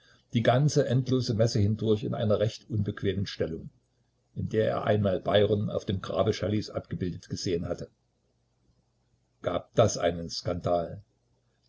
die ganze endlose messe hindurch in einer recht unbequemen stellung in der er einmal byron auf dem grabe shelleys abgebildet gesehen hatte gab das einen skandal